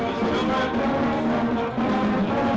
whoa whoa whoa whoa whoa whoa